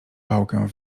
pałkę